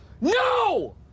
no